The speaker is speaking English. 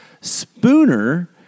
Spooner